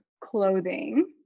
clothing